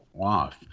off